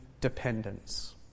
dependence